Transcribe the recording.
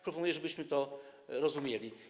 Proponuję, żebyśmy tak to rozumieli.